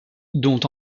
dont